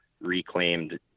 reclaimed